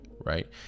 right